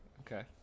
Okay